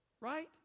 Right